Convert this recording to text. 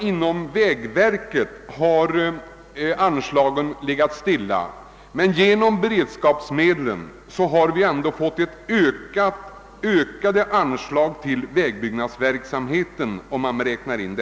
Inom vägverket har anslagen visserligen legat stilla, men genom beredskapsmedlen har vi ändå fått ökade anslag till den totala vägbyggnadsverksamheten.